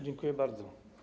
Dziękuję bardzo.